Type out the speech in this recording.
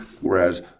Whereas